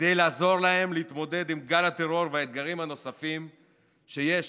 כדי לעזור להם להתמודד עם גל הטרור והאתגרים הנוספים שיש,